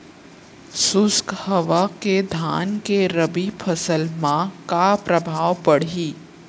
शुष्क हवा के धान के रबि फसल मा का प्रभाव पड़ही?